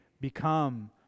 become